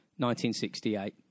1968